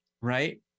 Right